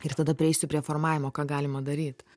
ir tada prieisiu prie formavimo ką galima daryt